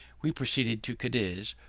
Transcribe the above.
we proceeded to cadiz,